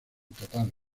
total